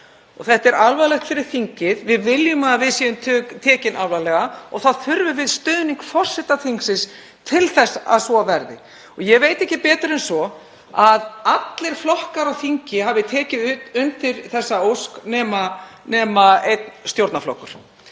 þetta er alvarlegt fyrir þingið. Við viljum að við séum tekin alvarlega og við þurfum stuðning forseta þingsins til þess að svo verði. Ég veit ekki betur en að allir flokkar á þingi hafi tekið undir þessa ósk nema einn stjórnarflokkur,